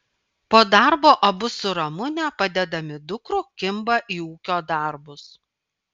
po darbo abu su ramune padedami dukrų kimba į ūkio darbus